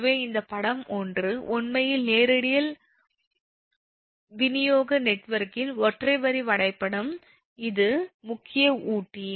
எனவே இந்த படம் 1 உண்மையில் ரேடியல் விநியோக நெட்வொர்க்கின் ஒற்றை வரி வரைபடம் இது முக்கிய ஊட்டி